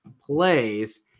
plays